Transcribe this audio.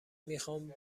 میخام